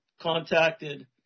contacted